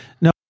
No